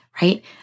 Right